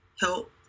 help